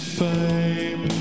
fame